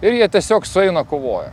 ir jie tiesiog sueina kovoja